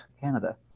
Canada